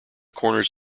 corners